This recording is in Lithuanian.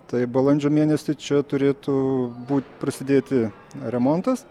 tai balandžio mėnesį čia turėtų būt prasidėti remontas